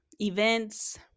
events